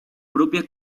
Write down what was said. propia